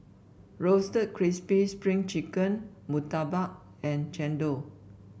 Roasted Crispy Spring Chicken murtabak and chendol